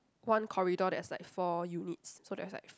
one corridor there's like four units so there's like f~